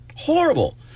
horrible